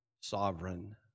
sovereign